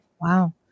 Wow